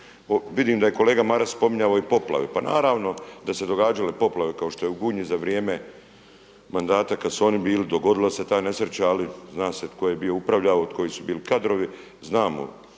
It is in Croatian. Vidim da je kolega Maras spominjao i poplave, pa naravno da su se događale poplave kao što je u Gunji za vrijeme mandata kada su oni bili dogodila se ta nesreća, ali zna se ko je bio upravljao i koji su bili kadrovi. Znamo